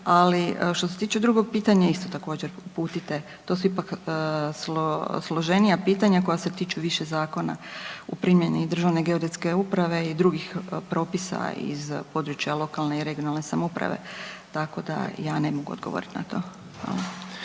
Ali, što se tiče drugog pitanja, isto također, uputite to su ipak složenija pitanja koja se tiču Zakona u primjeni Državne geodetske uprave i drugih propisa iz područja lokalne i regionalne samouprave tako da ja ne mogu odgovoriti na to. Hvala.